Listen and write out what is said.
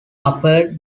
upper